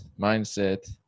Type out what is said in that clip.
mindset